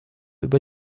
über